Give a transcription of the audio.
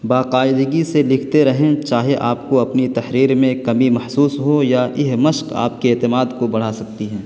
باقاعدگی سے لکھتے رہیں چاہے آپ کو اپنی تحریر میں کمی محسوس ہو یا یہ مشق آپ کے اعتماد کو بڑھا سکتی ہے